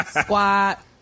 squat